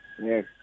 Yes